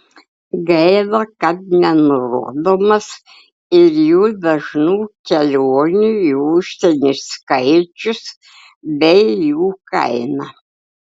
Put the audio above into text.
gaila kad nenurodomas ir jų dažnų kelionių į užsienį skaičius bei jų kaina